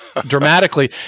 Dramatically